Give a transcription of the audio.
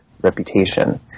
reputation